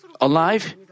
alive